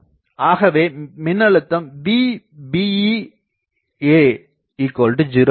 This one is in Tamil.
ஆகவே மின்னழுத்தம் Vba0 ஆகும்